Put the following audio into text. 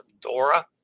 Dora